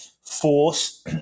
force